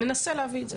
ננסה להביא את זה.